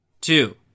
two